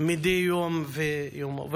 מדי יום ביומו.